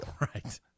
right